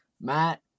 Matt